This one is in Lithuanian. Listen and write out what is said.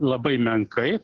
labai menkai